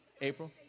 April